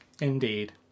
Indeed